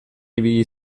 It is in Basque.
ibili